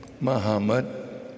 Muhammad